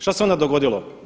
Šta se onda dogodilo?